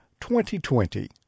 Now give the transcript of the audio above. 2020